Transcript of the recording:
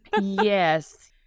Yes